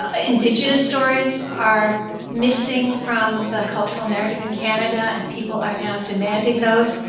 ah indigenous stories are missing from the cultural narrative in canada and people are now demanding those,